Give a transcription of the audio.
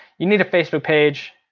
you need a facebook page,